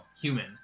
human